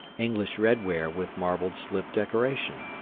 english redware with marbled slip decoration